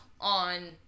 on